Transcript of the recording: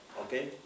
okay